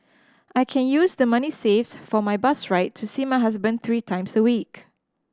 I can use the money saved for my bus ride to see my husband three times a week